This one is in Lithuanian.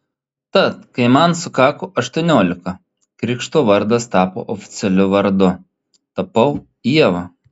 tad kai man sukako aštuoniolika krikšto vardas tapo oficialiu vardu tapau ieva